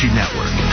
network